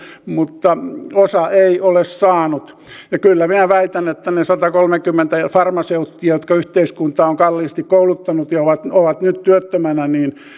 mutta osa ei ole saanut ja kyllä minä väitän että ne satakolmekymmentä farmaseuttia jotka yhteiskunta on kalliisti kouluttanut ja ovat ovat nyt työttömänä